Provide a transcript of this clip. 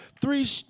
three